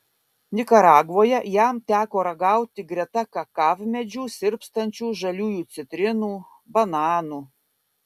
nikaragvoje jam teko ragauti greta kakavmedžių sirpstančių žaliųjų citrinų bananų